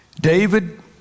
David